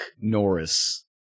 norris